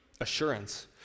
Assurance